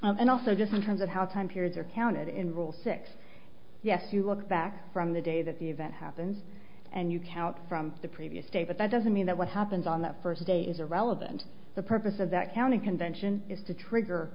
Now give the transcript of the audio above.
history and also just in terms of how time periods are counted in rule six yes you look back from the day that the event happens and you count from the previous day but that doesn't mean that what happens on that first day is irrelevant the purpose of that county convention is to trigger